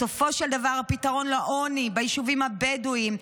בסופו של דבר הפתרון לעוני ביישובים הבדואיים,